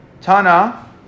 Tana